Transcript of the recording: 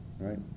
right